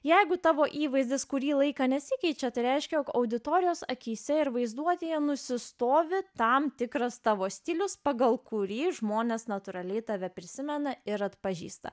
jeigu tavo įvaizdis kurį laiką nesikeičia tai reiškia jog auditorijos akyse ir vaizduotėje nusistovi tam tikras tavo stilius pagal kurį žmonės natūraliai tave prisimena ir atpažįsta